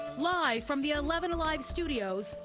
live from the eleven alive studios,